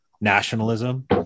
nationalism